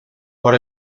por